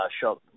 shop